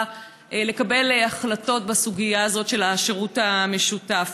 לקבל החלטות בסוגיה הזאת של השירות המשותף.